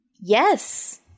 Yes